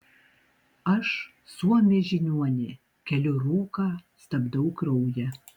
aš suomė žiniuonė keliu rūką stabdau kraują